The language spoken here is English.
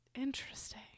Interesting